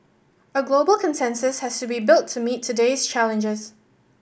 a global consensus has to be built to meet today's challenges